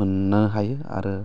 मोननो हायो आरो